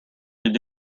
going